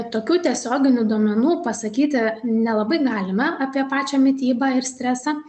tokių tiesioginių duomenų pasakyti nelabai galime apie pačią mitybą ir stresą